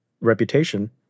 reputation